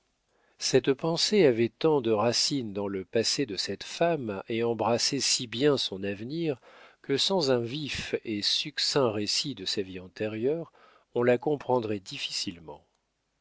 cette pensée avait tant de racines dans le passé de cette femme et embrassait si bien son avenir que sans un vif et succinct récit de sa vie antérieure on la comprendrait difficilement